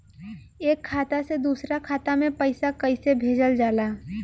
एक खाता से दूसरा खाता में पैसा कइसे भेजल जाला?